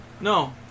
No